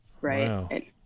Right